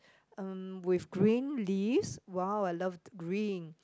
um with green leaves !wow! I love green